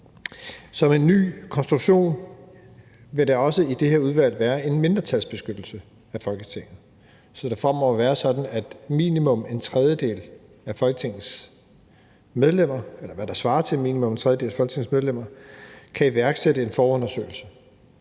Som en ny konstruktion vil der også i det her udvalg være en mindretalsbeskyttelse af Folketinget, så det fremover vil være sådan, at hvad der svarer til minimum en tredjedel af Folketingets medlemmer, kan iværksætte en forundersøgelse